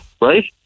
right